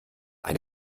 eine